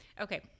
Okay